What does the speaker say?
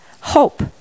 hope